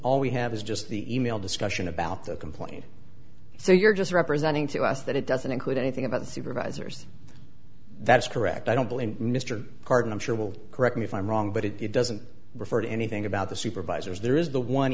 all we have is just the e mail discussion about the complaint so you're just representing to us that it doesn't include anything about the supervisors that's correct i don't believe mr pardon i'm sure will correct me if i'm wrong but it doesn't refer to anything about the supervisors there is the one